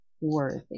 worthy